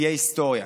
תהיה היסטוריה.